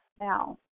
Now